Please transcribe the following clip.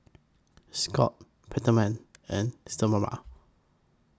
Scott's Peptamen and Sterimar